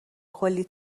کلّی